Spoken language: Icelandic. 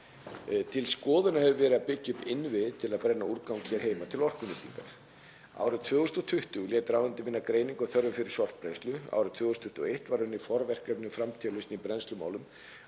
Til skoðunar hefur verið að byggja upp innviði til að brenna úrgang hér heima til orkunýtingar. Árið 2020 lét ráðuneytið vinna greiningu á þörf fyrir sorpbrennslu. Árið 2021 var unnið forverkefni í framtíðarlausn í brennslumálum